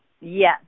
Yes